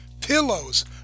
pillows